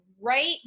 right